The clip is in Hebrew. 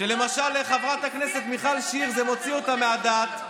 שלמשל חברת הכנסת מיכל שיר, זה מוציא אותה מהדעת,